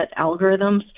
algorithms